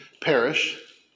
perish